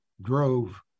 drove